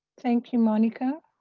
thank you, monica.